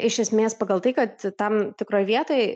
iš esmės pagal tai kad tam tikroj vietoj